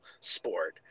sport